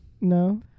No